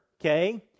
okay